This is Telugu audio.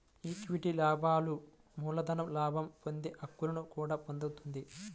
ఈక్విటీ లాభాలు మూలధన లాభం పొందే హక్కును కూడా పొందుతుంది